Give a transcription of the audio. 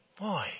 Boy